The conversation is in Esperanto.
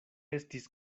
estis